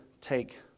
take